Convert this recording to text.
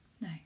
No